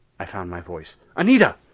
i found my voice. anita!